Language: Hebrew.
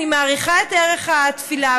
אני מעריכה את ערך התפילה,